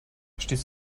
stehst